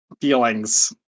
feelings